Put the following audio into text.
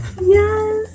Yes